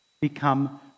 become